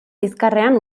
bizkarrean